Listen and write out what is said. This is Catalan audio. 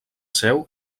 seu